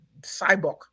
cyborg